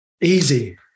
Easy